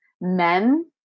Men